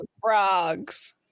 frogs